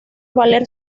valer